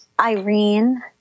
Irene